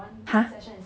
!huh!